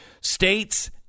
States